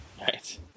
Right